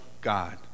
God